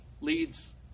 leads